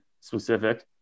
specific